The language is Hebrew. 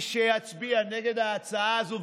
מי שיצביע נגד ההצעה הזו,